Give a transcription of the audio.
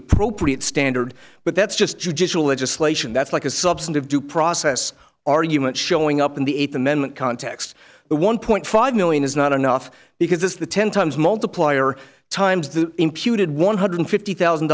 appropriate standard but that's just judicial legislation that's like a substantive due process argument showing up in the eighth amendment context but one point five million is not enough because this is the ten times multiplier times the imputed one hundred fifty thousand